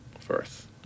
first